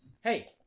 hey